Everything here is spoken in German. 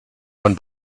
von